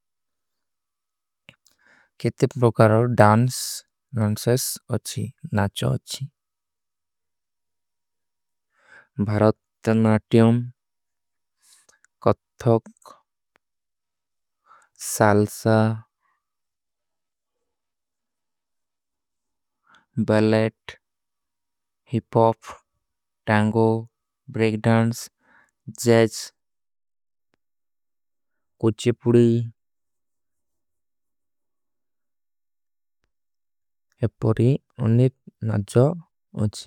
କେତେ ପ୍ରୋକରାର ଡାନ୍ସ ନାଚା ଅଚ୍ଛୀ Bharatanatyam. Kathak, salsa, ballet, hip hop, tango, breakdance. Jazz, କୁଛୀ ପୁଡୀ, ଏପରୀ ଅନିତ ନାଚା ଅଚ୍ଛୀ।